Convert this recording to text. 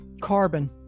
Carbon